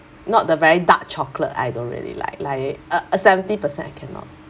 not the very dark chocolate I don't really like like uh seventy percent I cannot